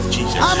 Jesus